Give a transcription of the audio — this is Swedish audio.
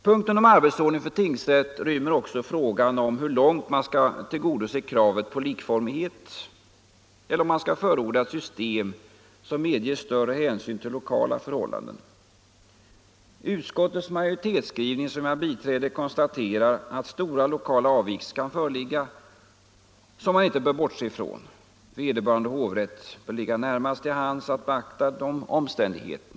Punkten om arbetsordning för tingsrätt rymmer också frågan om hur långt man skall tillgodose kravet på likformighet eller om man skall förorda ett system som medger större hänsyn till lokala förhållanden. Utskottets majoritetsskrivning, som jag biträder, konstaterar att stora lokala avvikelser kan föreligga som man inte bör bortse ifrån. Vederbörande hovrätt bör ligga närmast till hands att beakta dessa omständigheter.